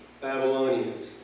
Babylonians